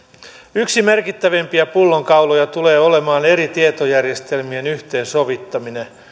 yksi merkittävimpiä pullonkauloja tulee olemaan eri tietojärjestelmien yhteensovittaminen